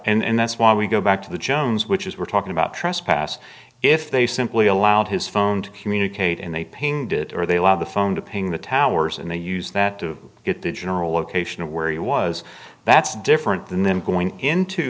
have and that's why we go back to the jones which is we're talking about trespass if they simply allowed his phone to communicate and they paint it or they allow the phone to ping the towers and they use that to get the general location of where he was that's different than them going into